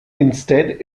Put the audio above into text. instead